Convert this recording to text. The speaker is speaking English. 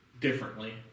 differently